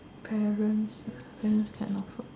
parents parents cannot afford